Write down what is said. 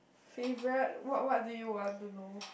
favourite what what do you want to know